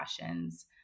passions